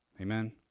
Amen